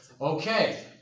Okay